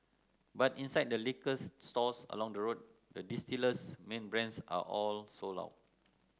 but inside the liquors stores along the road the distiller's main brands are all sold out